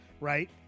right